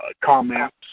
comments